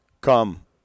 come